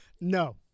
No